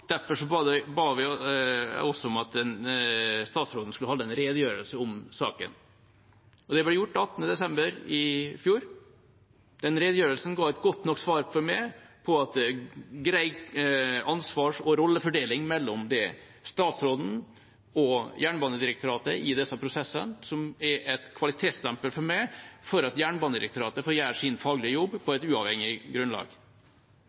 derfor ba vi om at statsråden skulle holde en redegjørelse om saken, og det ble gjort den 18. desember i fjor. Den redegjørelsen ga et godt nok svar for meg på at det er en grei ansvars- og rollefordeling mellom statsråden og Jernbanedirektoratet i disse prosessene, noe som for meg er et kvalitetsstempel for at Jernbanedirektoratet får gjøre sin faglige jobb på et uavhengig grunnlag.